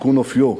בתיקון אופיו,